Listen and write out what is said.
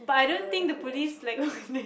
I would rather cook myself